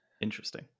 interesting